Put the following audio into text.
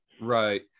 Right